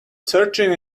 searching